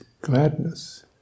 gladness